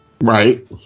Right